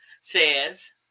says